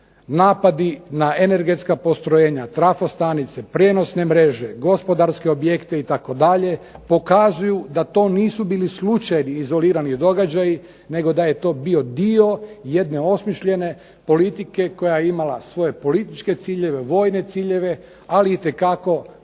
Napadi na energetska postrojenja, trafostanice, prijenosne mreže, gospodarske objekte itd. pokazuju da to nisu bili slučajevi izolirani događaji, nego da je to bio dio jedne osmišljene politike koja je imala svoje političke ciljeve, vojne ciljeve ali itekako gospodarske